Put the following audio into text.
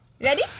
Ready